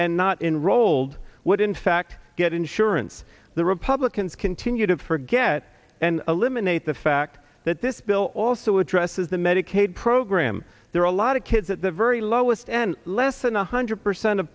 and not enrolled would in fact get insurance the republicans continue to forget and eliminate the fact that this bill also addresses the medicaid program there are a lot of kids at the very lowest end less than one hundred percent of